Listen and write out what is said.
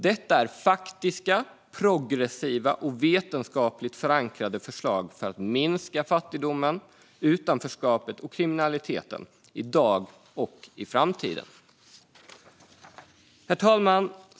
Detta är faktiska, progressiva och vetenskapligt förankrade förslag för att minska fattigdomen, utanförskapet och kriminaliteten i dag och i framtiden. Herr talman!